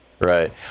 Right